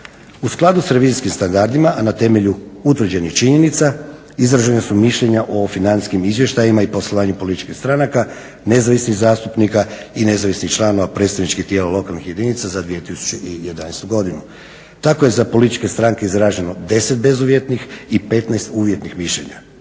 U skladu s revizijskim standardima, a na temelju utvrđenih činjenica izražena su mišljenja o financijskim izvještajima i poslovanju političkih stranaka, nezavisnih zastupnika i nezavisnih članova predstavničkih tijela lokalnih jedinica za 2011. godinu. Tako je za političke stranke izraženo 10 bezuvjetnih i 15 uvjetnih mišljenja.